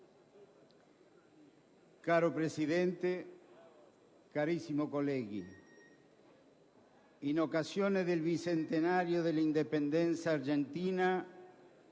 Caro Presidente, carissimi colleghi, in occasione del bicentenario dell'indipendenza argentina,